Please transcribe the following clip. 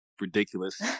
ridiculous